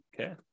Okay